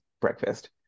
breakfast